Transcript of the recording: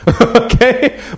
okay